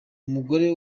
umugore